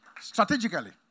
Strategically